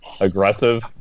aggressive